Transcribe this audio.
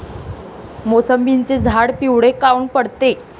मोसंबीचे झाडं पिवळे काऊन पडते?